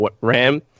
RAM